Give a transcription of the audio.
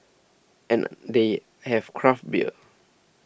and they have craft beer